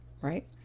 right